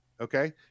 Okay